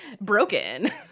broken